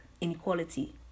inequality